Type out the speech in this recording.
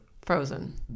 Frozen